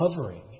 covering